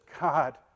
God